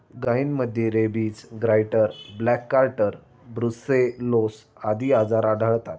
गायींमध्ये rabies, goitre, black quarter, brucellosis आदी आजार आढळतात